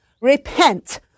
repent